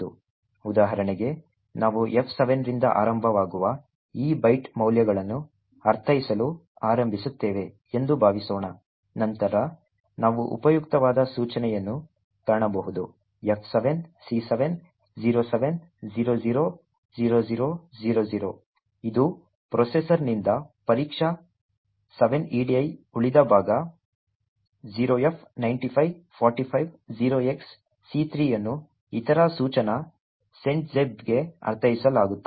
ಉದಾಹರಣೆಗೆ ನಾವು F7 ರಿಂದ ಆರಂಭವಾಗುವ ಈ ಬೈಟ್ ಮೌಲ್ಯಗಳನ್ನು ಅರ್ಥೈಸಲು ಆರಂಭಿಸುತ್ತೇವೆ ಎಂದು ಭಾವಿಸೋಣ ನಂತರ ನಾವು ಉಪಯುಕ್ತವಾದ ಸೂಚನೆಯನ್ನು ಕಾಣಬಹುದು F7 C7 07 00 00 00 ಇದು ಪ್ರೊಸೆಸರ್ನಿಂದ ಪರೀಕ್ಷೆ 7 edi ಉಳಿದ ಭಾಗ 0f 95 45 0xC3 ಅನ್ನು ಇತರ ಸೂಚನಾ ಸೆಟನ್ಜ್ಬಿಗೆ ಅರ್ಥೈಸಲಾಗುತ್ತದೆ